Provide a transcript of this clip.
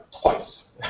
twice